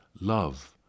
love